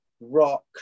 Rock